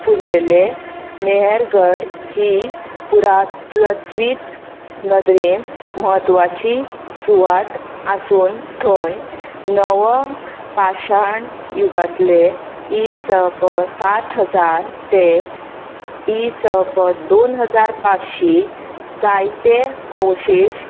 फुल्लेले महेलगड ही पुरातत्वीक नदरेन म्हत्वाची सुवात आसून थंय नवो पाशाण युगांतले इ स प सात हजार ते इ स प दोन हजार पांचशी जायते अवशेश